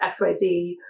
xyz